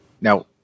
Now